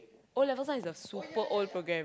O-levels one is the super old programme